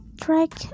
track